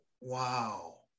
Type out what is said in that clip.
Wow